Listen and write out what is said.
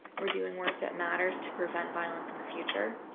we're doing work that matters to prevent violence in the future